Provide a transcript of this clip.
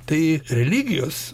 tai religijos